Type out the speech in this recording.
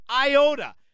iota